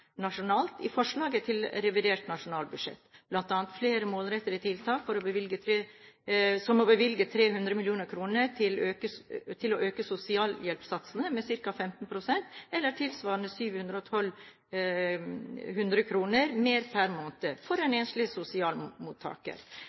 i forslaget til revidert nasjonalbudsjett, bl.a. flere målrettede tiltak som å bevilge 300 mill. kr til å øke sosialhjelpssatsene med ca. 15 pst. eller tilsvarende 712 kr mer per måned for en enslig